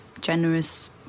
generous